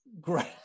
Great